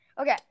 Okay